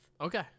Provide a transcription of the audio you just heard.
Okay